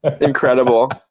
Incredible